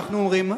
אנחנו אומרים,